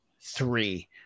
three